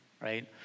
right